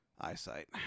eyesight